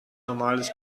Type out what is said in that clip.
normales